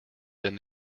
than